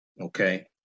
okay